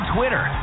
Twitter